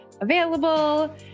available